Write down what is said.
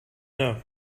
know